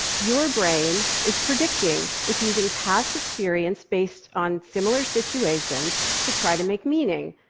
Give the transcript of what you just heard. your brain is predicting. it's using past experience based on similar situations to try to make meaning.